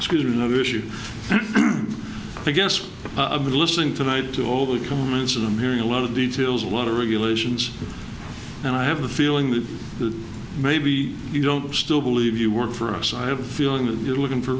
because you know the issue i guess i've been listening tonight to all the comments and i'm hearing a lot of details of water regulations and i have a feeling that maybe you don't still believe you work for us i have a feeling that you're looking for